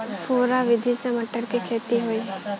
फुहरा विधि से मटर के खेती होई